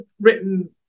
written